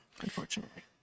unfortunately